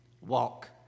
Walk